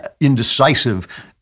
indecisive